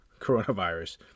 coronavirus